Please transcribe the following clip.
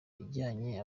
yajyanye